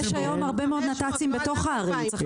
יש היום הרבה מאוד נת"צים בתוך הערים.